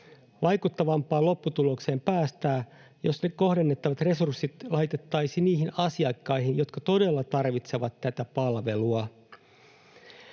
Vaikuttavampaan lopputulokseen päästään, jos ne kohdennettavat resurssit laitettaisiin niihin asiakkaisiin, jotka todella tarvitsevat tätä palvelua.